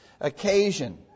occasion